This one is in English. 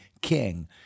king